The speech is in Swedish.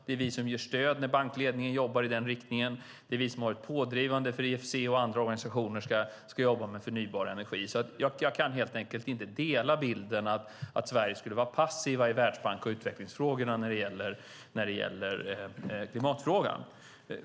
Det är vi som ger stöd när bankledningen jobbar i den riktningen, det är vi som har varit pådrivande för att IFC och andra organisationer ska jobba med förnybar energi, så jag kan helt enkelt inte dela bilden att Sverige skulle vara passivt i Världsbanks och utvecklingsfrågorna när det gäller klimatfrågan.